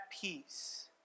peace